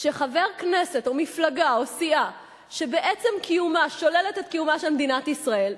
שחבר כנסת או מפלגה או סיעה שבעצם קיומה שוללת את קיומה של מדינת ישראל,